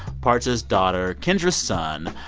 partsa's daughter, kendra's son.